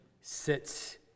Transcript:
sits